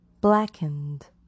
blackened